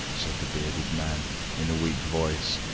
said the bearded man in a weak voice,